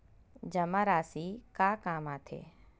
जमा राशि का काम आथे?